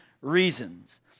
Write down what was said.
reasons